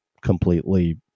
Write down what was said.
completely